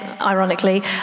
ironically